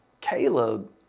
Caleb